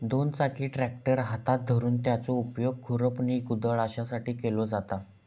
दोन चाकी ट्रॅक्टर हातात धरून त्याचो उपयोग खुरपणी, कुदळ अश्यासाठी केलो जाता